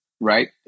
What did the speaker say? right